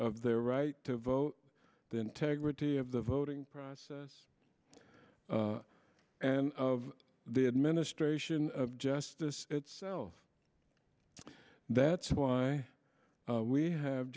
of their right to vote the integrity of the voting process and of the administration of justice itself that's why we have